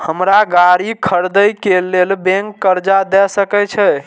हमरा गाड़ी खरदे के लेल बैंक कर्जा देय सके छे?